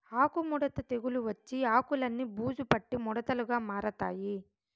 ఆకు ముడత తెగులు వచ్చి ఆకులన్ని బూజు పట్టి ముడతలుగా మారతాయి